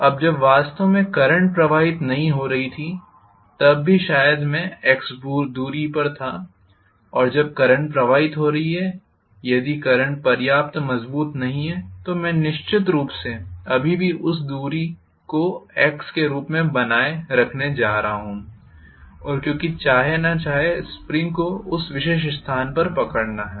अब जब वास्तव में करंट प्रवाहित नहीं हो रही थी तब भी शायद मैं x दूरी पर था और जब करंट प्रवाहित हो रही है यदि करंट पर्याप्त मजबूत नहीं है तो मैं हूँ निश्चित रूप से अभी भी उस दूरी को x के रूप में बनाए रखा जा रहा है क्योंकि चाहे ना चाहे स्प्रिंग को उस विशेष स्थान पर पकड़ना है